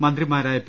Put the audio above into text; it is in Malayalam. മന്ത്രിമാരായ പി